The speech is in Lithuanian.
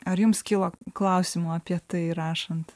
ar jums kilo klausimų apie tai rašant